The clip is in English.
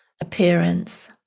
appearance